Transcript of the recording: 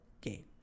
game